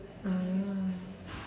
ah